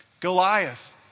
Goliath